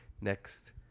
next